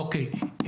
אוקיי.